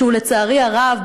שהוא לצערי הרב,